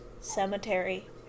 Cemetery